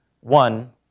One